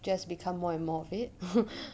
just become more and more of it ha